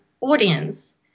audience